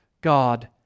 God